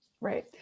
right